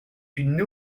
une